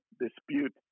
dispute